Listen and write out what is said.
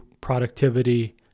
productivity